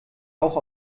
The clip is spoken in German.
auch